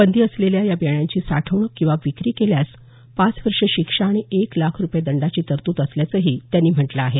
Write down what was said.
बंदी असलेल्या या बियाण्याची साठवणूक किंवा विक्री केल्यास पाच वर्षे शिक्षा आणि एक लाख रुपये दंडाची तरतूद असल्याचंही त्यांनी म्हटलं आहे